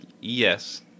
Yes